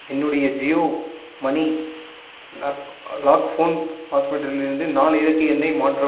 என்னுடைய Jio money lock lock phone பாஸ்வேடிலிருந்து நான்கு இலக்கு எண்ணாக மாற்றவும்